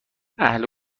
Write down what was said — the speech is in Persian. اهل